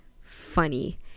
funny